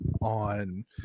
on